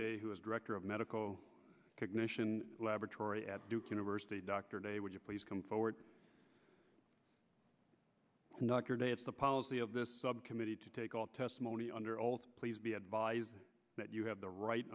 ruth who is director of medical technician laboratory at duke university dr de would you please come forward conduct your day at the policy of this subcommittee to take all testimony under oath please be advised that you have the right